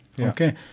okay